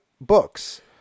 books